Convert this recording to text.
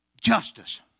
justice